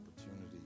opportunity